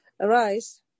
Arise